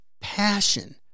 passion